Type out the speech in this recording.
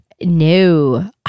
No